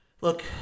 look